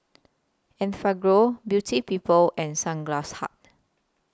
Enfagrow Beauty People and Sunglass Hut